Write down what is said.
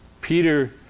Peter